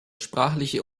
sprachliche